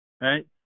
right